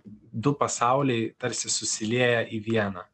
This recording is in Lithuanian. du pasauliai tarsi susilieja į vieną